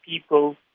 people